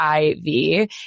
IV